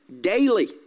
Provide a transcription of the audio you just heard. Daily